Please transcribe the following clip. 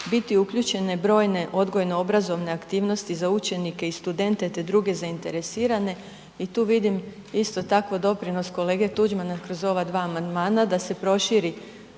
biti uključene brojne obrazovno odgojne aktivnosti za učenike i studente te druge zainteresirane i tu vidim isto tako doprinos kolege Tuđmana kroz ova dva amandmana da se proširi